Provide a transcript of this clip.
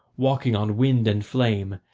walking on wind and flame,